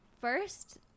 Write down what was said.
first